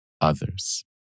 others